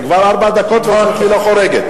כבר ארבע דקות, ואומרת לי לא חורגת.